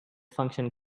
function